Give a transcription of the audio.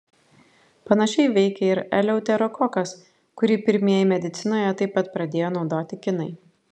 panašiai veikia ir eleuterokokas kurį pirmieji medicinoje taip pat pradėjo naudoti kinai